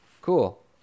cool